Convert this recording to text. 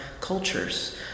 cultures